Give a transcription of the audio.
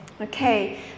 Okay